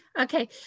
Okay